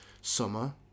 summer